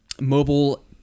mobile